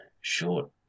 short